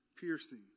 piercing